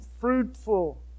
fruitful